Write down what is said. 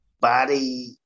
body